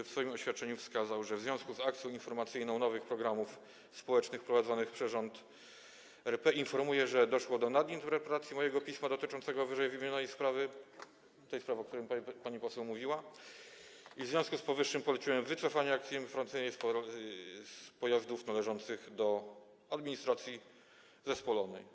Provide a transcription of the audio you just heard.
W swoim oświadczeniu wskazał on: W związku z akcją informacyjną nowych programów społecznych prowadzonych przez rząd RP informuję, że doszło do nadinterpretacji mojego pisma dotyczącego ww. sprawy - tej sprawy, o której pani poseł mówiła - i w związku z powyższym poleciłem wycofanie akcji informacyjnej z pojazdów należących do administracji zespolonej.